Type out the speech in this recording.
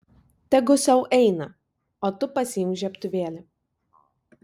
tegu sau eina o tu pasiimk žiebtuvėlį